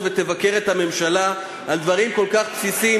ותבקר את הממשלה על דברים כל כך בסיסיים,